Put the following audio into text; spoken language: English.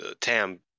Tam